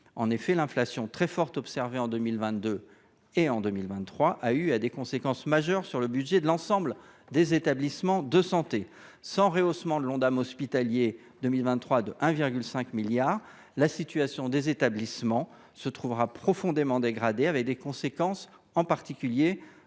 forte inflation observée en 2022 et en 2023 a eu des conséquences majeures sur le budget de l’ensemble des établissements de santé. Sans un rehaussement de l’Ondam hospitalier pour 2023 de 1,5 milliard d’euros, la situation des établissements se trouvera profondément dégradée, avec des conséquences en particulier sur